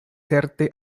certe